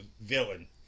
villain